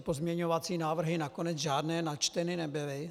Pozměňovací návrhy nakonec žádné načteny nebyly.